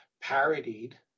parodied